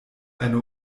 eine